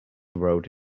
rode